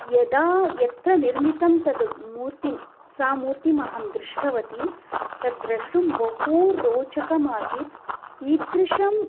यदा यत्र निर्मितं तद् मूर्तिं सा मूर्तिम् अहं दृष्टवती तद्द्रष्टुं बहू रोचकम् आसीत् कीदृशम्